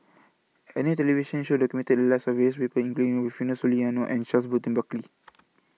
A New television Show documented The Lives of various People including Rufino Soliano and Charles Burton Buckley